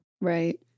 Right